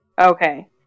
Okay